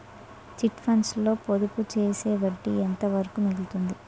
Chit funds లో పొదుపు చేస్తే వడ్డీ ఎంత వరకు మిగులుతుంది?